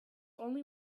only